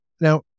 Now